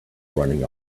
running